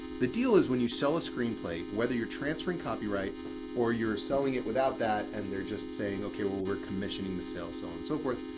the deal is when you sell a screenplay, whether you're transferring copyright or you're selling it without that and they're just saying, okay, well we're commissioning the sale, so on and so forth,